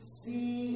see